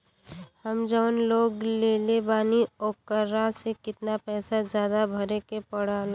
हम जवन लोन लेले बानी वोकरा से कितना पैसा ज्यादा भरे के पड़ेला?